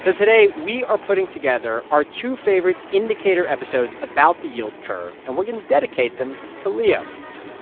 so today, we are putting together our two favorite indicator episodes about the yield curve, and we're going to dedicate them to leo